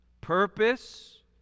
purpose